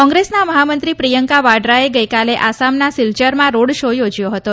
કોંગ્રેસના મહામંત્રી પ્રિયંકા વાડરાએ ગઈકાલે આસામના સિલ્ચરમાં રોડ શો યોજયો હતો